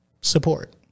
Support